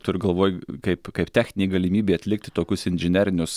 turiu galvoj kaip kaip techninė galimybė atlikti tokius inžinerinius